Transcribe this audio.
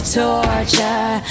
torture